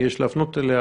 שיש להפנות אליה.